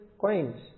coins